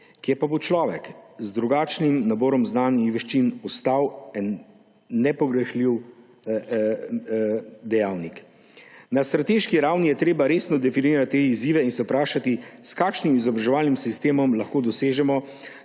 kje pa bo človek z drugačnim naborom znanj in veščin ostal en nepogrešljiv dejavnik? Na strateški ravni je treba resno definirati te izzive in se vprašati, s kakšnim izobraževalnim sistemom lahko dosežemo,